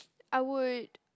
I would